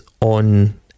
on